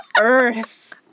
earth